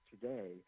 today